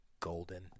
golden